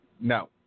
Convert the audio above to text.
No